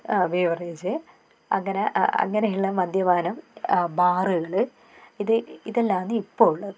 ആ ബീവറേജ് അങ്ങനെ അങ്ങനെയുള്ള മദ്യപാനം ബാറുകൾ ഇത് ഇതെല്ലാന്ന് ഇപ്പോൾ ഉള്ളത്